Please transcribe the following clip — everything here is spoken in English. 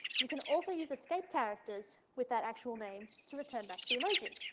you can also use escape characters with that actual name to return back the emoji.